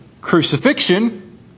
crucifixion